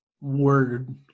word